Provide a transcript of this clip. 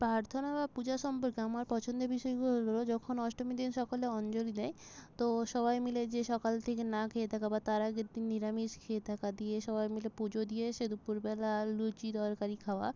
প্রার্থনা বা পূজা সম্পর্কে আমার পছন্দের বিষয়গুলো হল যখন অষ্টমীর দিন সকালে অঞ্জলি দেয় তো সবাই মিলে যে সকাল থেকে না খেয়ে থাকা বা তার আগের দিন নিরামিষ খেয়ে থাকা দিয়ে সবাই মিলে পুজো দিয়ে এসে দুপুরবেলা লুচি তরকারি খাওয়া